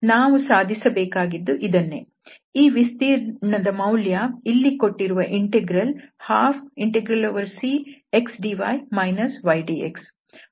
ನಾವು ಸಾಧಿಸಬೇಕಾಗಿದ್ದು ಇದನ್ನೇ ಈ ವಿಸ್ತೀರ್ಣದ ಮೌಲ್ಯ ಇಲ್ಲಿ ಕೊಟ್ಟಿರುವ ಇಂಟೆಗ್ರಲ್ 12Cxdy ydx